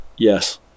Yes